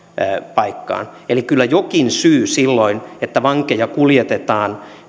paikkaan eli kyllä jokin syy on siihen että vankeja kuljetetaan